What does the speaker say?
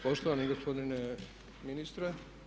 Poštovani gospodine ministre.